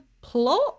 plot